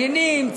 היום מתעניינים,